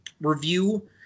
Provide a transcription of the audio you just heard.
review